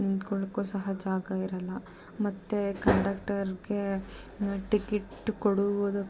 ನಿಂತ್ಕೊಳ್ಳೋಕ್ಕೂ ಸಹ ಜಾಗ ಇರೋಲ್ಲ ಮತ್ತು ಕಂಡಕ್ಟರ್ಗೆ ಟಿಕಿಟ್ ಕೊಡುವುದ